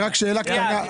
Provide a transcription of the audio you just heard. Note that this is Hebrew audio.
שאלה קטנה,